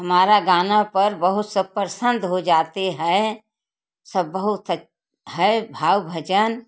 हमारा गाना पर बहुस सब प्रसन्न हो जाता है सब बहुत अच् है भाव भजन